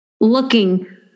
looking